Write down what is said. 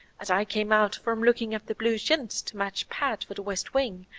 as i came out from looking at the blue chintz to match pet for the west wing,